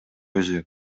өзү